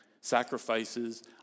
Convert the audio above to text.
sacrifices